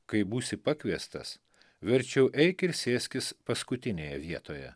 kai būsi pakviestas verčiau eik ir sėskis paskutinėje vietoje